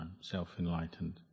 self-enlightened